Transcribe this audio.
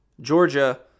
Georgia